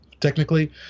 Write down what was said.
technically